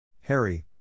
Harry